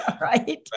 Right